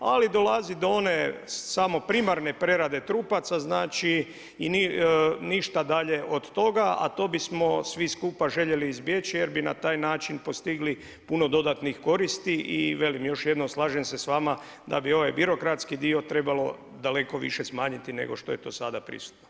Ali dolazi do one samo primarne prerade trupaca, znači i ništa dalje od toga, a to bismo svi skupa željeli izbjeći jer bi na taj način postigli puno dodatnih koristi i velim još jednom slažem se sa vama da bi ovaj birokratski dio trebalo daleko više smanjiti nego što je to sada prisutno.